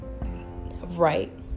right